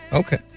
okay